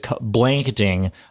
blanketing